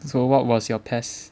so what was your PES